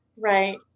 Right